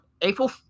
April